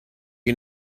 you